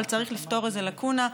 אבל צריך לפתור איזו לקונה,